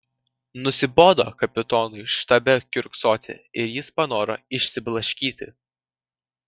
nusibodo kapitonui štabe kiurksoti ir jis panoro išsiblaškyti